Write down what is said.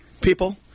people